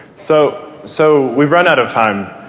so so we've run out of time.